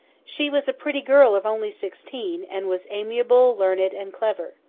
she was a pretty girl of only sixteen, and was amiable, learned, and clever.